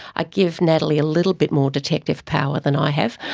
i give natalie a little bit more detective power than i have.